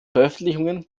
veröffentlichungen